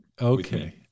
Okay